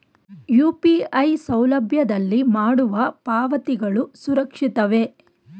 UPI ಸೌಲಭ್ಯದಲ್ಲಿ ಮಾಡುವ ಪಾವತಿಗಳು ಸುರಕ್ಷಿತವೇ?